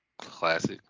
Classic